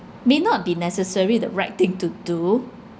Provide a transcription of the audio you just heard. may not be necessary the right thing to do